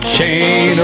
Chain